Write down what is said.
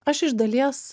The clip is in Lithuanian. aš iš dalies